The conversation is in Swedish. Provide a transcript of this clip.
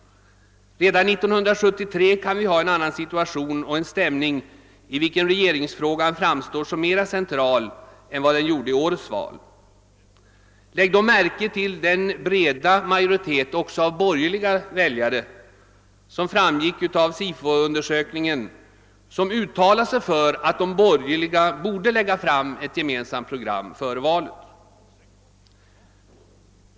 Redan 1973 kan vi ha en annan situation och en stämning, i vilken regeringsfrågan framstår som mera central än vad den gjorde vid årets val. Lägg då märke till den breda majoritet också av borgerliga väljare som enligt SIFO-undersökningen uttalade sig för att de borgerliga borde lägga fram ett gemensamt program före valet.